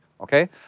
okay